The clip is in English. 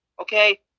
Okay